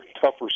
tougher